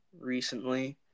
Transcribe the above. recently